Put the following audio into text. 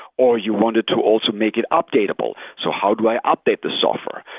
or you wanted to also make it updatable. so how do i update this software,